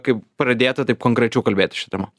kaip pradėta taip konkrečiau kalbėti šia tema